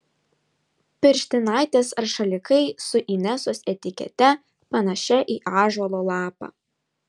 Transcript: pirštinaitės ar šalikai su inesos etikete panašia į ąžuolo lapą